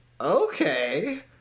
okay